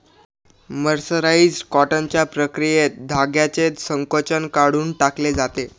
mercerised कॉटनच्या प्रक्रियेत धाग्याचे संकोचन काढून टाकले जाते